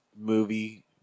movie